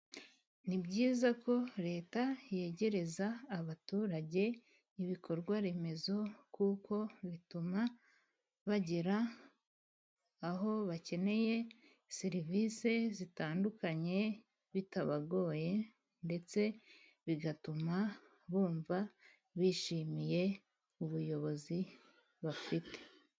Ni byiza ko leta yegereza abaturage ibikorwa remezo, kuko bituma bagera aho bakeneye serivisi zitandukanye bitabagoye, ndetse bigatuma bumva bishimiye ubuyobozi bafite.